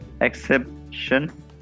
exception